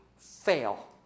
Fail